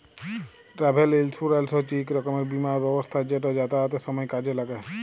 travel insurance হছে ইক রকমের বীমা ব্যবস্থা যেট যাতায়াতের সময় কাজে ল্যাগে